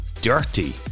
dirty